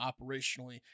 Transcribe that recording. operationally